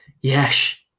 Yes